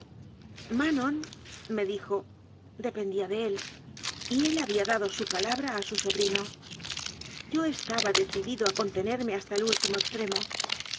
manon me dijo dependía de él y él había dado su palabra a su sobrino yo estaba decidido a contenerme hasta el último extremo